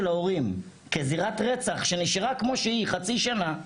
ההורים כזירת רצח שנשארה כמו שהיא חצי שנה,